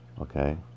okay